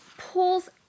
Pulls